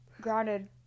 grounded